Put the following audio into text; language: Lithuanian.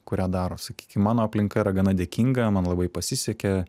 kurią daro sakykim mano aplinka yra gana dėkinga man labai pasisekė